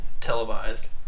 televised